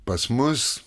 pas mus